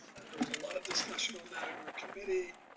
there was a lot of discussion on that in our committee,